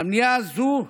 למליאה הזאת